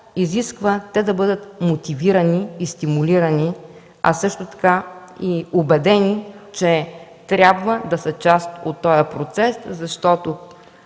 изисква да бъдат мотивирани и стимулирани, а също така и убедени, че трябва да са част от процеса, защото